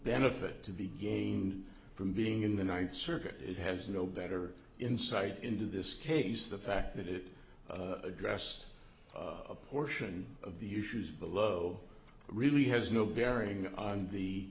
benefit to be gained from being in the ninth circuit it has no better insight into this case the fact that it addressed a portion of the issues below really has no bearing on the